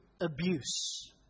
abuse